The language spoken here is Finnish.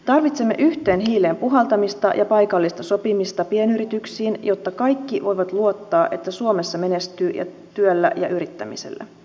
tarvitsemme yhteen hiileen puhaltamista ja paikallista sopimista pienyrityksiin jotta kaikki voivat luottaa että suomessa menestyy työllä ja yrittämisellä